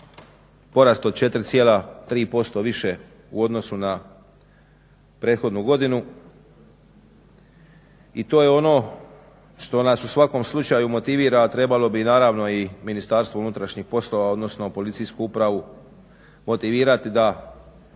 porast od 4,3% više u odnosu na prethodnu godinu i to je ono što nas u svakom slučaju motivira, a trebalo bi naravno i MUP, odnosno policijsku upravu motivirati da